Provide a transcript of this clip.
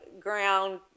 ground